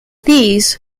these